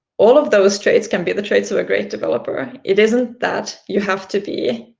all of those traits can be the traits of a great developer. it isn't that you have to be